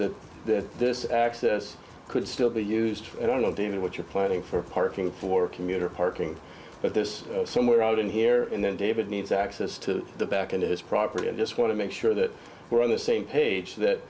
was that this access could still be used i don't know david what you're planning for parking for commuter parking but this somewhere out in here and then david needs access to the back into his property i just want to make sure that we're on the same page that